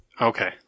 Okay